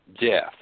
death